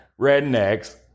rednecks